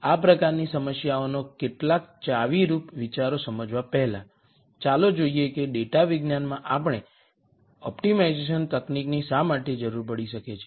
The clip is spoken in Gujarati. આ પ્રકારની સમસ્યાઓના કેટલાક ચાવીરૂપ વિચારો સમજાવવા પહેલાં ચાલો જોઈએ કે ડેટા વિજ્ઞાનમાં આપણને ઓપ્ટિમાઇઝેશન તકનીકની શા માટે જરૂર પડી શકે છે